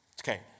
Okay